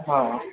हाँ